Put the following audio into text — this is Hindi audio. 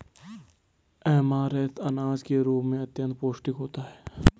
ऐमारैंथ अनाज के रूप में अत्यंत पौष्टिक होता है